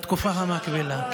בתקופה המקבילה.